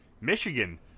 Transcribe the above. Michigan